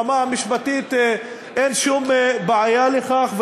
ברמה המשפטית אין שום בעיה בכך,